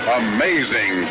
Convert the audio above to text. amazing